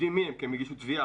יודעים מי הם כי הם הגישו תביעה.